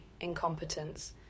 incompetence